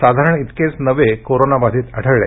साधारण इतकेच नवे कोरोनाबाधीत आढळले